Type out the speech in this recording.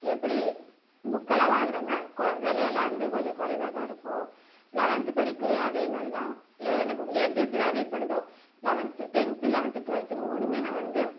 எப்படி புக்கெல்லாம் வாங்கினம்னா கொ விலையெல்லாம் வந்து கொஞ்சம் குறைவாக தான் இருக்கும் லெவன்த்து படிக்குள்ளேயும் அதேமாதிரி தான் எனக்கு எது தேவைப்படுதோ லெவன்த்து டென்த்து லெவன்த்து ட்வெல்த்து மூணுமே நான் வந்து